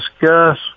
discuss